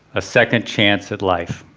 a second chance at life.